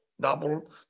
double